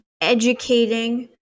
educating